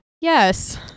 Yes